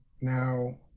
now